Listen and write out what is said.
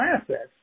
assets